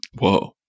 Whoa